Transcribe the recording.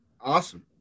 awesome